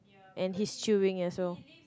and he's chewing as well